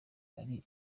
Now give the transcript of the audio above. ari